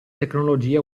tecnologie